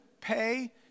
pay